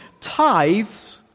Tithes